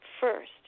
first